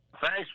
Thanks